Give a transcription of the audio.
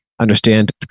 understand